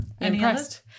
Impressed